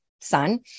son